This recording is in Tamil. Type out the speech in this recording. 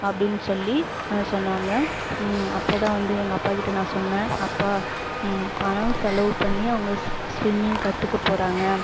அப்படின் சொல்லி சொன்னாங்க அப்பதான் வந்து எங்கள் அப்பாகிட்ட நான் சொன்னன் அப்பா பணம் செலவு பண்ணி அவங்க ஸ்விம்மிங் கற்றுக்க போகறாங்க